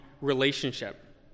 relationship